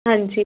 ਹਾਂਜੀ